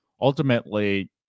ultimately